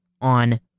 on